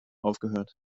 aufgehört